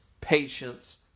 patience